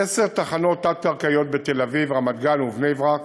עשר תחנות תת-קרקעיות בתל-אביב, רמת-גן ובני-ברק.